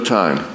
time